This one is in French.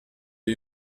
est